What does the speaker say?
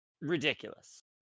ridiculous